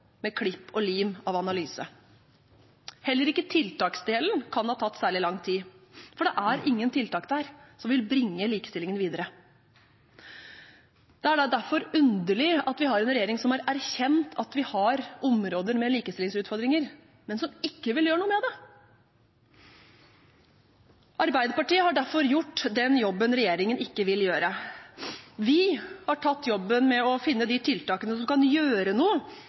med klipp og lim av analyse. Heller ikke tiltaksdelen kan ha tatt særlig lang tid, for det er ingen tiltak der som vil bringe likestillingen videre. Det er derfor underlig at vi har en regjering som har erkjent at vi har områder med likestillingsutfordringer, men som ikke vil gjøre noe med det. Arbeiderpartiet har derfor gjort den jobben regjeringen ikke vil gjøre. Vi har tatt jobben med å finne de tiltakene som kan gjøre noe